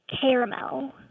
caramel